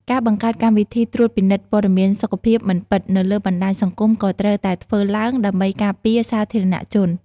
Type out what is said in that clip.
ការបង្កើតកម្មវិធីត្រួតពិនិត្យព័ត៌មានសុខភាពមិនពិតនៅលើបណ្តាញសង្គមក៏ត្រូវតែធ្វើឡើងដើម្បីការពារសាធារណជន។